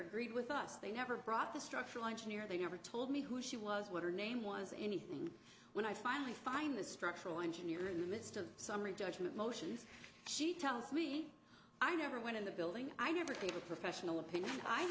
agreed with us they never brought the structural engineer they never told me who she was what her name was anything when i finally find the structural engineer in the midst of summary judgment motions she tells me i never went in the building i never gave a professional opinion i